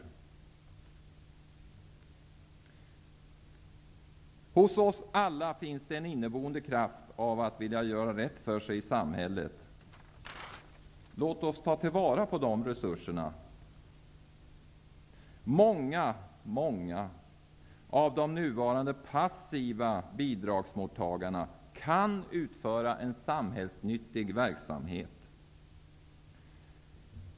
Hos oss alla finns en inneboende kraft att vilja göra rätt för sig i samhället. Låt oss ta vara på de resurserna. Många av de nuvarande passiva bidragsmottagarna kan utföra en samhällsnyttig verksamhet.